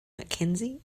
mackenzie